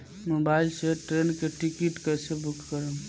Mobile से train के ticket कैसे बूक करेम?